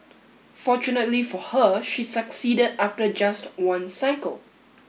fortunately for her she succeeded after just one cycle